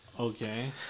Okay